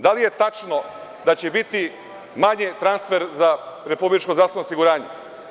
Da li je tačno da će biti manji transfer za republičko zdravstveno osiguranje?